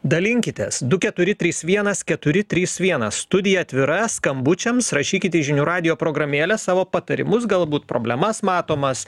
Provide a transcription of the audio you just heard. dalinkitės du keturi trys vienas keturi trys vienas studija atvira skambučiams rašykite į žinių radijo programėlę savo patarimus galbūt problemas matomas